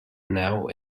now